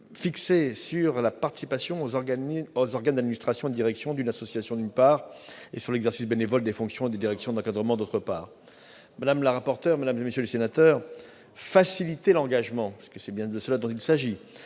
fixer sur la participation aux organes d'administration et de direction d'une association, d'une part, et sur l'exercice bénévole des fonctions de direction et d'encadrement, d'autre part. Madame la rapporteur, mesdames, messieurs les sénateurs, faciliter l'engagement des responsables associatifs- c'est bien de cela qu'il s'agit